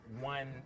one